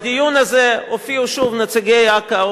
בדיון הזה הופיעו שוב נציגי אכ"א,